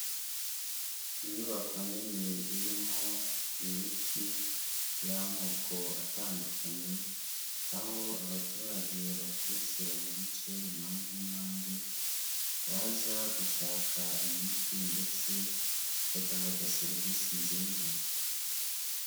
Inyubako nini irimo imiti y'amoko atandukanye, aho abaturage baturutse mu bice, impande n'impande baza gushaka imiti ndetse bagahabwa serivisi nziza.